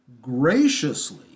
graciously